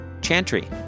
Chantry